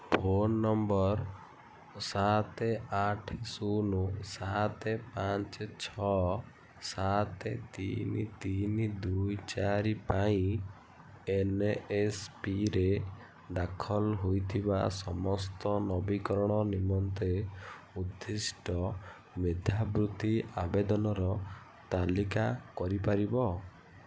phone number ସାତ ଆଠ ଶୂନ ସାତ ପାଞ୍ଚ ଛଅ ସାତ ତିନି ତିନି ଦୁଇ ଚାରି ପାଇଁ ଏନ୍ଏସ୍ପିରେ ଦାଖଲ ହୋଇଥିବା ସମସ୍ତ ନବୀକରଣ ନିମନ୍ତେ ଉଦ୍ଦିଷ୍ଟ ମେଧାବୃତ୍ତି ଆବେଦନର ତାଲିକା କରି ପାରିବ